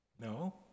no